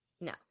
no